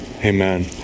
amen